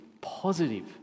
positive